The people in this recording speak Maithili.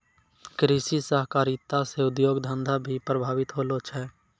कृषि सहकारिता से उद्योग धंधा भी प्रभावित होलो छै